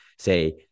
Say